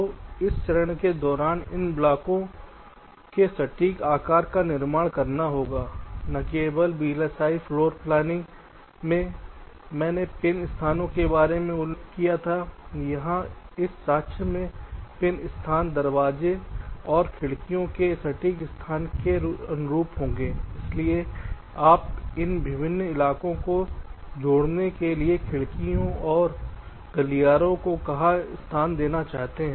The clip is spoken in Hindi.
तो इस चरण के दौरान इन ब्लॉकों के सटीक आकार का निर्णय करना होगा न केवल वीएलएसआई फ्लोरप्लानिंग में मैंने पिन स्थानों के बारे में उल्लेख किया था यहाँ इस सादृश्य में पिन स्थान दरवाजे और खिड़कियों के सटीक स्थान के अनुरूप होगा इसलिए आप इन विभिन्न इलाकों को जोड़ने के लिए खिड़कियों और गलियारों को कहा स्थान देना चाहते हैं